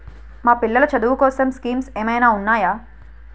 మా పిల్లలు చదువు కోసం స్కీమ్స్ ఏమైనా ఉన్నాయా?